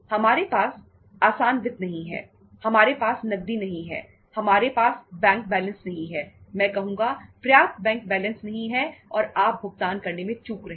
हमारे पास आसान वित्त नहीं है हमारे पास नकदी नहीं है हमारे पास बैंक बैलेंस नहीं है मैं कहूंगा पर्याप्त बैंक बैलेंस नहीं है और आप भुगतान करने में चूक रहे हैं